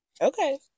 Okay